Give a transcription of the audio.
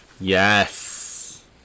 Yes